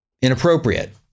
inappropriate